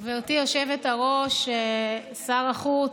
גברתי היושבת-ראש, שר החוץ,